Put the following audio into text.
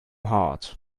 heart